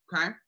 Okay